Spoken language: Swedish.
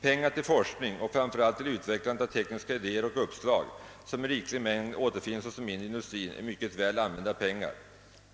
Pengar till forskning och framför allt för utvecklandet av tekniska idéer och uppslag, som i riklig mängd återfinns inom den mindre industrin, är mycket väl använda pengar.